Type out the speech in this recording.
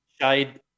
Shade